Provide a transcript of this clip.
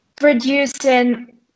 Producing